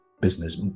business